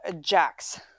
Jacks